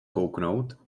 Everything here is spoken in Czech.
kouknout